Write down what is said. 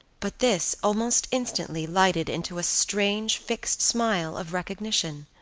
but this almost instantly lighted into a strange fixed smile of recognition.